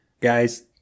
Guys